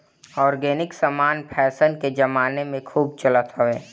organic समान fashion के जमाना में खूब चलत हवे